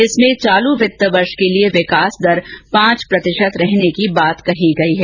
इसमें चालू वित्त वर्ष के लिए विकास दर पांच प्रतिशत रहने की बात कही गई है